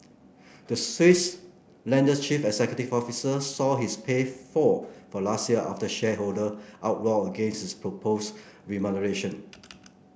the Swiss lender's chief executive officer saw his pay fall for last year after shareholder uproar against his proposed remuneration